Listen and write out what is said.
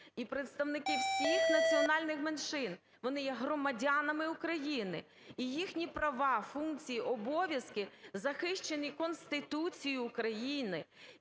І представники всіх національних меншин, вони є громадянами України, і їхні права, функції, обов'язки захищені Конституцією України.